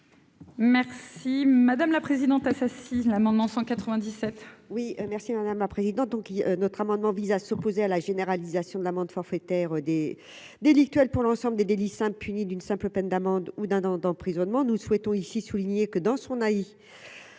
Merci madame la présidente, assassine l'amendement 197. Oui merci madame la présidente, donc il notre amendement vise à s'opposer à la généralisation de l'amende forfaitaire des délictuelle pour l'ensemble des délices impuni d'une simple peine d'amende ou d'un an d'emprisonnement, nous souhaitons ici souligné que dans son ah